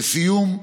לסיום,